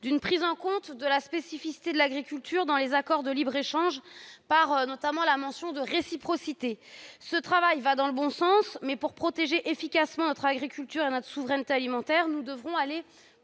d'une prise en compte de la spécificité de l'agriculture dans les accords de libre-échange, notamment par l'insertion de la notion de réciprocité. Ce travail va dans le bon sens, mais pour protéger efficacement notre agriculture et notre souveraineté alimentaire, nous devons aller